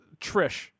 Trish